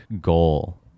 goal